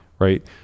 Right